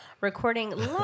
recording